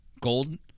gold